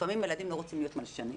לפעמים הילדים לא רוצים להיות מלשנים.